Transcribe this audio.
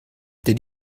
did